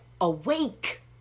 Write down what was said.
awake